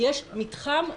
יש חשיבות